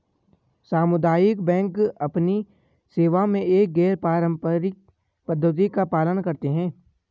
सामुदायिक बैंक अपनी सेवा में एक गैर पारंपरिक पद्धति का पालन करते हैं